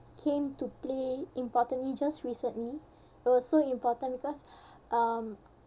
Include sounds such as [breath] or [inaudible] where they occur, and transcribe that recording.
came to play importantly just recently it was so important because [breath] um